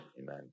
amen